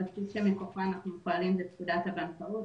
הבסיס שמכוחו אנחנו פועלים זה פקודת הבנקאות,